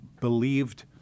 believed